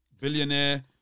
Billionaire